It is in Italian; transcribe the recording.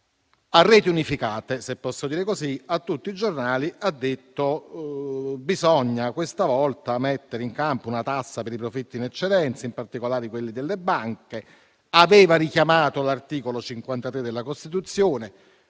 a reti unificate, se posso dire così, a tutti i giornali, che bisogna questa volta mettere in campo una tassa per i profitti in eccedenza, in particolare di quelli delle banche. Ha altresì richiamato l'articolo 53 della Costituzione,